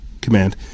Command